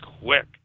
quick